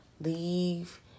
leave